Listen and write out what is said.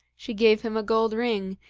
she gave him a gold ring,